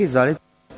Izvolite.